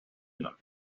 norte